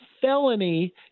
felony